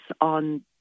on